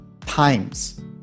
times